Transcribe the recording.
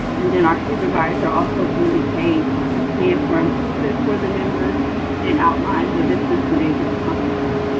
and then our supervisor also indicates a plan for improvement for the members and outlines the vistas' major accomplishments.